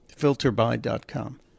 filterby.com